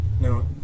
No